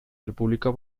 república